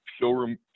showroom